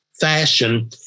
fashion